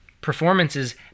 performances